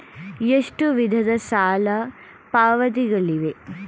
ಎಷ್ಟು ವಿಧದ ಸಾಲ ಪಾವತಿಗಳಿವೆ?